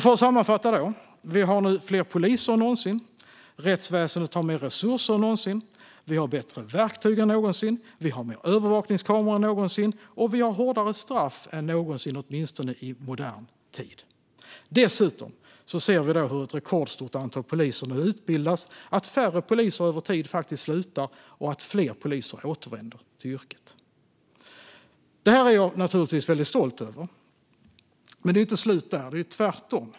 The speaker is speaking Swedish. För att sammanfatta: Vi har nu fler poliser än någonsin. Rättsväsendet har mer resurser än någonsin. Vi har bättre verktyg än någonsin. Vi har fler övervakningskameror än någonsin, och vi har hårdare straff än någonsin - åtminstone i modern tid. Dessutom ser vi hur ett rekordstort antal poliser nu utbildas, att färre poliser över tid faktiskt slutar och att fler poliser återvänder till yrket. Detta är jag naturligtvis väldigt stolt över, men det är inte slut där - tvärtom.